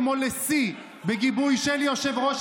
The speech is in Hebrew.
שהגיעו אתמול לשיא בגיבוי של יושב-ראש